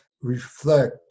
reflect